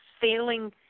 failing